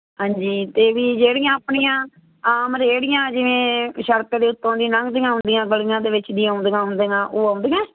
ਹਾਂਜੀ ਅਤੇ ਵੀ ਜਿਹੜੀਆਂ ਆਪਣੀਆਂ ਆਮ ਰੇੜੀਆਂ ਜਿਵੇਂ ਸੜਕ ਦੇ ਉੱਤੋਂ ਦੀ ਲੰਘਦੀਆਂ ਹੁੰਦੀਆਂ ਗਲੀਆਂ ਦੇ ਵਿੱਚ ਦੀ ਆਉਂਦੀਆਂ ਹੁੰਦੀਆਂ ਉਹ ਆਉਂਦੀਆਂ